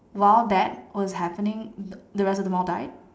while that was happening the rest of them all died